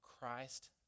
Christ